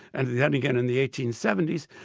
and then again in the eighteen seventy s,